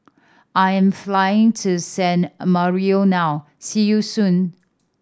I am flying to San Marino now see you soon